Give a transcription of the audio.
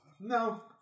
no